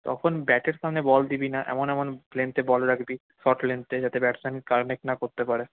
তখন ব্যাটের সামনে বল দিবি না এমন এমন লেনথে বল রাখবি শর্ট লেনথে যাতে ব্যাটসম্যান পারমিট না করতে পারে